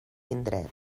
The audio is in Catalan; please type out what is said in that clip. indret